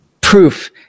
proof